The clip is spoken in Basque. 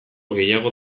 gehiago